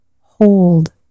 hold